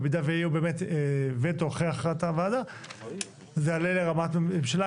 ובמידה ויהיה באמת וטו אחרי הכרעת הוועדה זה יעלה לרמת הממשלה.